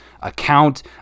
account